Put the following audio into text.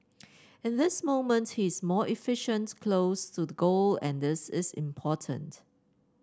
in this moment he is more efficient close to the goal and this is important